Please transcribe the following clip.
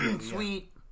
sweet